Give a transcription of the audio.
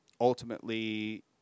Ultimately